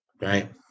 Right